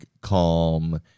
calm